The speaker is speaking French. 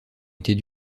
était